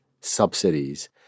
subsidies